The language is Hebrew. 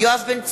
יואב בן צור,